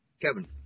Kevin